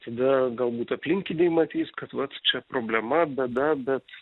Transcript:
tada galbūt aplinkiniai matys kad vat čia problema bėda bet